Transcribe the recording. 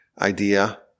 idea